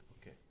Okay